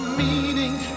meaning